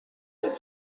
have